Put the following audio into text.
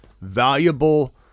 valuable